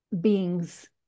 beings